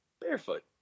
Barefoot